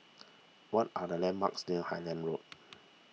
what are the landmarks near Highland Road